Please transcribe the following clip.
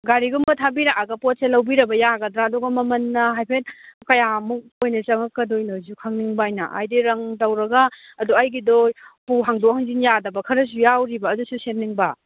ꯒꯥꯔꯤꯒꯨꯝꯕ ꯊꯕꯤꯔꯛꯑꯒ ꯄꯣꯠꯁꯦ ꯂꯧꯕꯤꯔꯕ ꯌꯥꯒꯗ꯭ꯔ ꯑꯗꯨꯒ ꯃꯃꯟꯅ ꯍꯥꯏꯐꯦꯠ ꯀꯌꯥꯃꯨꯛ ꯑꯣꯏꯅ ꯆꯪꯉꯛꯀꯗꯣꯏꯅꯣꯁꯨ ꯈꯪꯅꯤꯡꯕ ꯑꯩꯅ ꯍꯥꯏꯕꯗꯤ ꯔꯪ ꯇꯧꯔꯒ ꯑꯗꯣ ꯑꯩꯒꯤꯗꯣ ꯎꯄꯨ ꯍꯥꯡꯗꯣꯛ ꯍꯥꯡꯖꯤꯟ ꯌꯥꯗꯕ ꯈꯔꯁꯨ ꯌꯥꯎꯔꯤꯕ ꯑꯗꯨꯁꯨ ꯁꯦꯝꯅꯤꯡꯕ